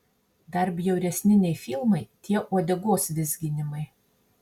dar bjauresni nei filmai tie uodegos vizginimai